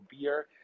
beer